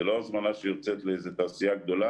זו לא הזמנה שיוצאת לאיזו תעשייה גדולה